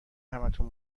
همتون